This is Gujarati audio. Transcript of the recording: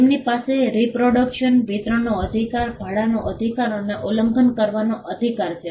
તેમની પાસે રીપ્રોડક્સન વિતરણનો અધિકાર ભાડાનો અધિકાર અને ઉપલબ્ધ કરાવવાનો અધિકાર છે